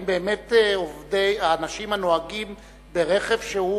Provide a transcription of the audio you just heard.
האם באמת האנשים הנוהגים ברכב שהוא